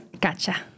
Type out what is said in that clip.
Gotcha